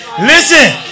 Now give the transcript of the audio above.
Listen